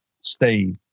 Steve